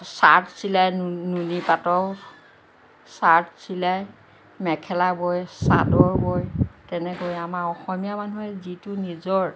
shirt চিলায় নুনী পাটৰ চাৰ্ট চিলায় মেখেলা বয় চাদৰ বয় তেনেকৈ আমাৰ অসমীয়া মানুহে যিটো নিজৰ